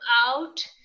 out